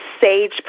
sage